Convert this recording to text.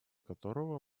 которого